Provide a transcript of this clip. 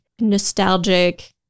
nostalgic